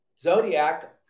Zodiac